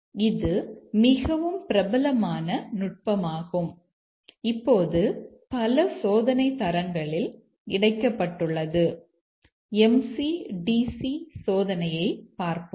எனவே இது மிகவும் பிரபலமான நுட்பமாகும் இப்போது பல சோதனைத் தரங்களில் இணைக்கப்பட்டுள்ளது MC DC சோதனையைப் பார்ப்போம்